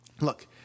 Look